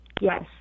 Yes